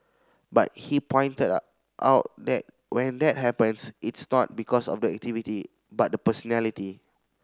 but he pointed out that when that happens it's not because of the activity but the personality